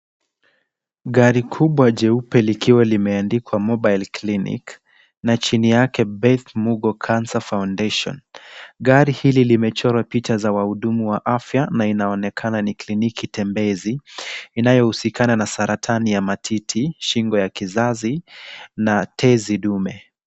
Gari kubwa jeupe likiwa limeandikwa Mobile Clinic na chini yake Beth Mugo Cancer Foundation. Gari hili limechorwa picha za wahudumu wa afya na inaonekana ni kliniki tembezi, inayohusikana na saratani ya matiti, shingo ya kizazi na tezi dume.